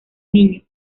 niño